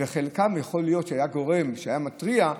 אם בחלקם יכול להיות שהיה גורם שהיה מתריע,